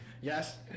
Yes